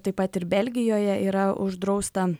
taip pat ir belgijoje yra uždrausta